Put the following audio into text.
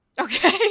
Okay